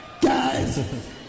Guys